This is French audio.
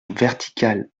verticale